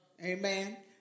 Amen